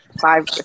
five